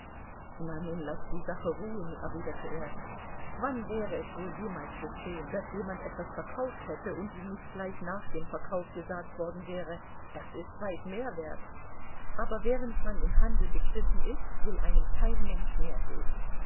na nun laß die sache ruhen erwiderte er wann wäre es wohl jemals geschehen daß jemand etwas verkauft hätte und ihm nicht gleich nach dem verkauf gesagt worden wäre das ist weit mehr wert aber während man im handel begriffen ist will einem kein mensch mehr geben